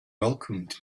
welcomed